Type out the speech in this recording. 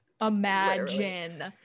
imagine